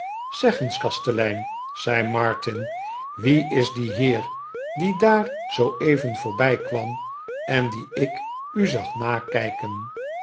zeg eens kastelein zei martin wie is die heer die daar zooeyen voorbijkwam r en dien ik u zag nakijken